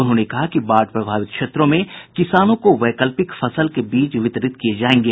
उन्होंने कहा कि बाढ़ प्रभावित क्षेत्रों में किसानों को वैकल्पिक फसल के बीज वितरित किए जायेंगे